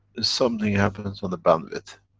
something happens on the bandwidth.